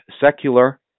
secular